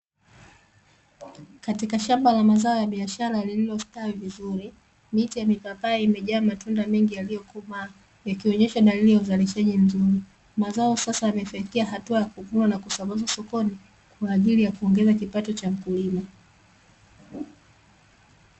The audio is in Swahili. Katika shamba la mazao ya biashara lililostawi vizuri, miche ya mipapai imejaa matunda mengi yaliyokomaa, ikionyesha dalili ya uzalishaji mzuri. Mazao sasa yamefikia hatua ya kuvunwa na kusambazwa sokoni, kwa ajili ya kuongeza kipato cha mkulima.